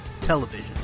television